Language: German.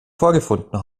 vorgefunden